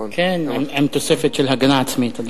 כן, עם תוספת של הגנה עצמית.